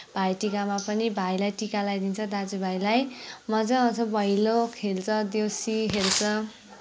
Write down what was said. भाइटिकामा पनि भाइलाई टिका लाइदिन्छ दाजुभाइलाई मजा आउँछ भैलो खेल्छ देउसी खेल्छ